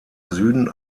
süden